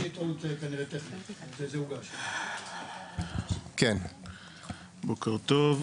בוקר טוב.